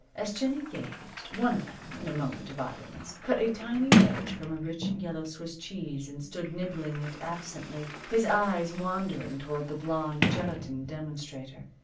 as jennie gazed, one of them, in a moment of idleness, cut a tiny wedge from a rich yellow swiss cheese and stood nibbling it absently, his eyes wandering toward the blonde gelatine demonstrator.